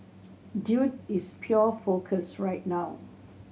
dude is pure focus right now